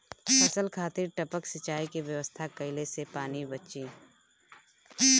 फसल खातिर टपक सिंचाई के व्यवस्था कइले से पानी बंची